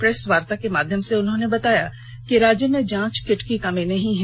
press वार्ता के माध्यम से उन्होंने बताया कि राज्य में जांच किट की कमी नहीं है